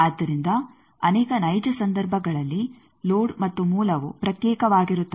ಆದ್ದರಿಂದ ಅನೇಕ ನೈಜ ಸಂದರ್ಭಗಳಲ್ಲಿ ಲೋಡ್ ಮತ್ತು ಮೂಲವು ಪ್ರತ್ಯೇಕವಾಗಿರುತ್ತವೆ